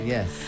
Yes